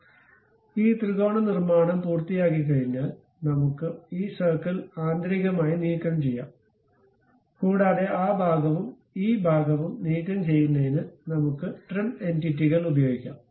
അതിനാൽ ഈ ത്രികോണ നിർമ്മാണം പൂർത്തിയാക്കിക്കഴിഞ്ഞാൽ നമുക്ക് ഈ സർക്കിൾ ആന്തരികമായി നീക്കംചെയ്യാം കൂടാതെ ആ ഭാഗവും ഈ ഭാഗവും നീക്കംചെയ്യുന്നതിന് നമുക്ക് ട്രിം എന്റിറ്റികൾ ഉപയോഗിക്കാം